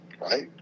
right